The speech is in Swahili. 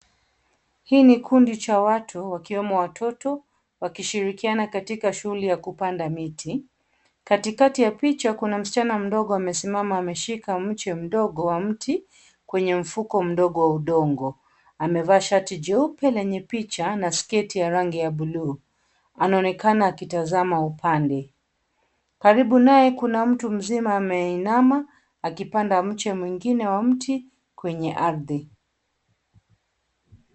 Hii ni kundi cha watu ikiwemo watoto wakishirikiana katika shughuli ya kupanda miti. Katikati ya picha kuna msichana mdogo amesimama, ameshika mche mdogo wa mti kwenye mfuko mdogo wa udongo. Amevaa shati jeupe lenye picha na sketi ya rangi ya buluu. Anaonekana akitazama upande. Karibu naye kuna mtu mzima ameinama; akipanda mche mwingine wa mti kwenye ardhi.